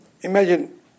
imagine